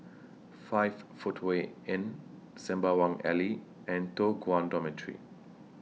five Footway Inn Sembawang Alley and Toh Guan Dormitory